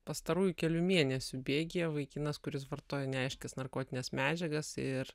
pastarųjų kelių mėnesių bėgyje vaikinas kuris vartojo neaiškias narkotines medžiagas ir